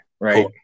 right